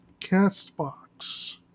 CastBox